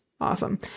awesome